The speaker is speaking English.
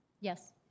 Yes